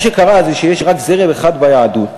מה שקרה זה שיש רק זרם אחד ביהדות,